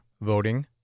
voting